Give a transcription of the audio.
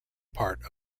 part